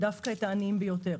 דווקא את העניים ביותר.